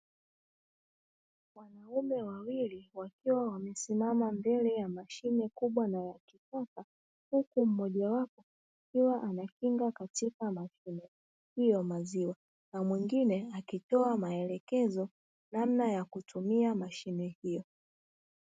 Wanaume wawili wakiwa wamesimama mbele ya mashine kubwa na ya kisasa, huku mmojawapo akiwa amekinga katika mashine hiyo maziwa na mwingine akitoa maelekezo namna ya kutumia mashine hiyo.